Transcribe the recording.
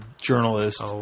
journalist